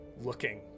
looking